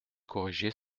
corriger